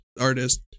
artist